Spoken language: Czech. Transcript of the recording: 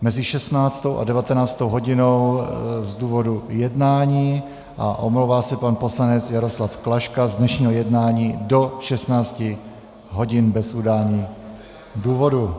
mezi 16. a 19. hodinou z důvodu jednání a omlouvá se pan poslanec Jaroslav Klaška z dnešního jednání do 16 hodin bez udání důvodu.